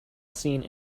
scene